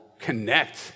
connect